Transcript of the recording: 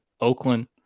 Oakland